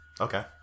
Okay